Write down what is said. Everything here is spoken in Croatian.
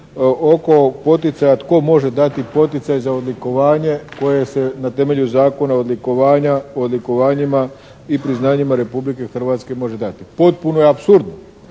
oko poticaja tko može dati poticaj za odlikovanje koje se na temelju zakona odlikovanja, o odlikovanjima i priznanjima Republike Hrvatske može dati? Potpuno je apsurdno